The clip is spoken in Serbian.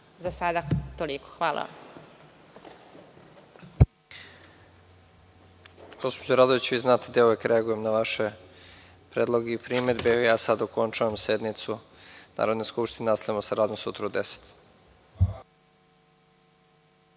Za sada toliko. Hvala.